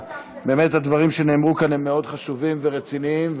באמת הדברים שנאמרו כאן הם מאוד חשובים ורציניים,